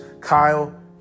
Kyle